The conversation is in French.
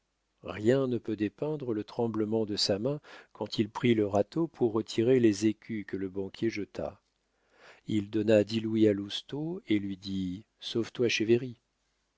rien ne peut dépeindre le tremblement de sa main quand il prit le râteau pour retirer les écus que le banquier jeta il donna dix louis à lousteau et lui dit sauve-toi chez